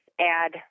add